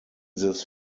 this